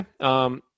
Okay